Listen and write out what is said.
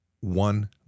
one